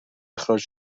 اخراج